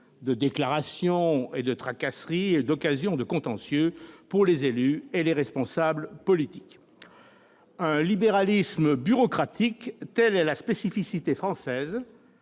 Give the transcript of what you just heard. de déclarations, autant de tracasseries et d'occasions de contentieux pour les élus et les responsables politiques. Un « libéralisme bureaucratique », tel est la spécificité française,